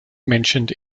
mentioned